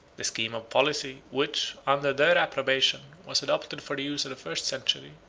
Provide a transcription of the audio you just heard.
the scheme of policy, which, under their approbation, was adopted for the use of the first century,